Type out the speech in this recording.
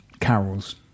Carol's